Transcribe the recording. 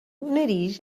nariz